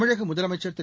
தமிழக முதலமைச்சர் திரு